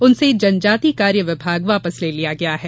उनसे जनजातिय कार्य विभाग वापस ले लिया गया है